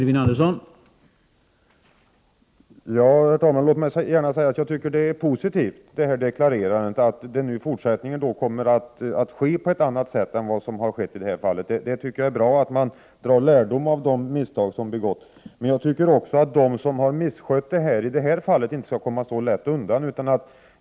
Herr talman! Låt mig först säga att jag tycker att den här deklarationen om att det i fortsättningen kommer att ske på ett annat sätt än i det här fallet är positivt. Det är bra att man drar lärdom av de misstag som har begåtts. Jag tycker emellertid också att de som har misskött sig i det här fallet inte skall komma så lätt undan.